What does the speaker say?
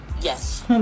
Yes